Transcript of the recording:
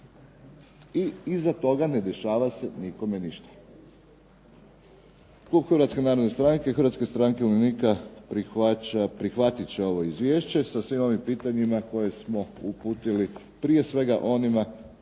i iza toga ne dešava se nikome ništa. Klub Hrvatske narodne stranke, Hrvatske stranke umirovljenika prihvaća, prihvatit će ovo izvješće sa svim ovim pitanjima koje smo uputili prije svega onima